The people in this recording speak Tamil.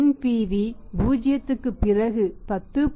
NPV 0 க்குப் பிறகு 10